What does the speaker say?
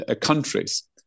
countries